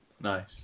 Nice